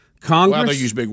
Congress